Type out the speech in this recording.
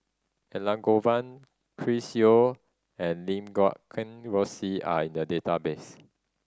Elangovan Chris Yeo and Lim Guat Kheng Rosie are in the database